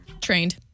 Trained